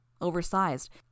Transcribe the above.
oversized